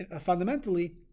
fundamentally